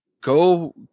go